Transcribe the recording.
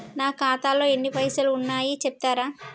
నా ఖాతాలో ఎన్ని పైసలు ఉన్నాయి చెప్తరా?